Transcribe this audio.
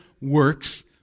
works